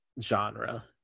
genre